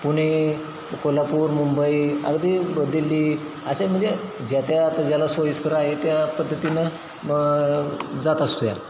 पुणे कोल्हापूर मुंबई अगदी दिल्ली असे म्हणजे ज्या त्यात ज्याला सोयीस्कर आहे त्या पद्धतीनं जात असतो आहे